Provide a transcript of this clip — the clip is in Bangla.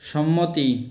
সম্মতি